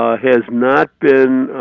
ah has not been